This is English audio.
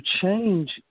change